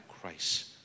Christ